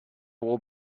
will